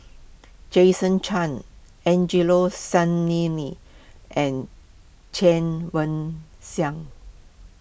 Jason Chan Angelo Sanelli and Chen Wen Xiang